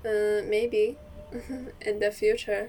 err maybe in the future